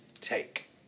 take